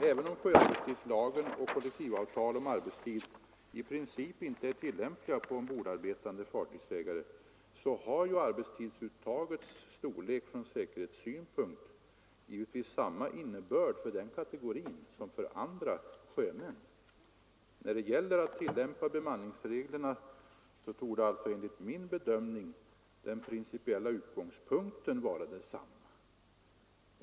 Även om sjöarbetstidslagen och kollektivavtal om arbetstid i princip inte är tillämpliga på ombordarbetande fartygsägare har arbetstidsuttagets storlek från säkerhetssynpunkt samma innebörd för den kategorin som för andra sjömän. När det gäller att tillämpa bemanningsreglerna torde alltså enligt min bedömning den principiella utgångspunkten vara densamma.